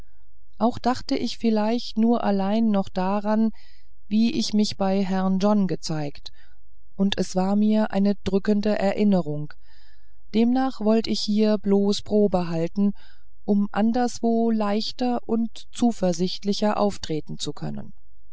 auch dacht ich vielleicht nur allein noch daran wie ich mich bei herrn john gezeigt und es war mir eine drückende erinnerung demnach wollt ich hier bloß probe halten um anderswo leichter und zuversichtlicher auftreten zu können